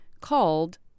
called